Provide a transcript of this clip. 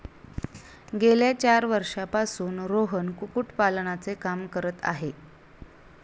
गेल्या चार वर्षांपासून रोहन कुक्कुटपालनाचे काम करत आहे